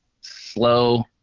slow